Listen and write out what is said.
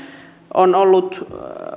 on ollut